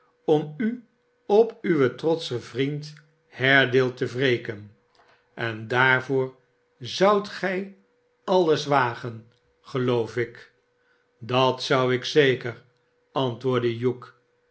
om u op uw trotschen vriend haredale te wreken en daarvoor zoudt gij alles wagen geloot ik sdat zou ik zeker antwoordde